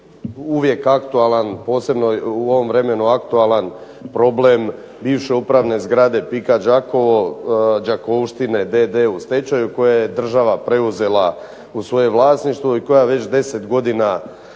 uvijek aktualan, posebno u ovom vremenu aktualan problem bivše upravne zgrade PIK-a Đakovo, Đakovštine d.d. u stečaju koje je država preuzela u svoje vlasništvo i koja već deset godina zjapi